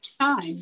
time